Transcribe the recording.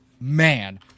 man